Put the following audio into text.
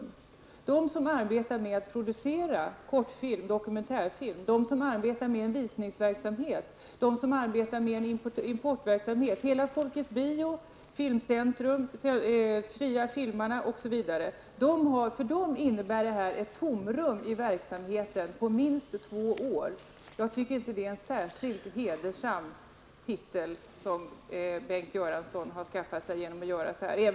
För dem som arbetar med att producera kortfilm och dokumentär film samt för dem som arbetar med visningsverksamhet, importverksamhet, för innebär det här ett tomrum i verksamheten på minst två år. Jag tycker inte att Bengt Göransson har skaffat sig en särskilt hedersam titel genom att handla på det här sättet.